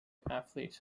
athlete